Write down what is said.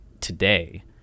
today